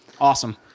Awesome